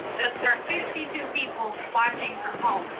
fifty two people watching from home.